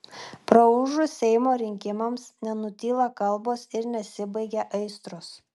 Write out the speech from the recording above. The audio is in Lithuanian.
praūžus seimo rinkimams nenutyla kalbos ir nesibaigia aistros